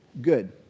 good